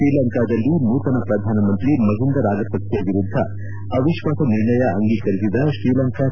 ಶ್ರೀಲಂಕಾದಲ್ಲಿ ನೂತನ ಪ್ರಧಾನಮಂತ್ರಿ ಮಹಿಂದ ರಾಜಪಕ್ಷೆ ವಿರುದ್ದ ಅವಿಶ್ವಾಸ ನಿರ್ಣಯ ಅಂಗೀಕರಿಸಿದ ಶ್ರೀಲಂಕ ಸಂಸತ್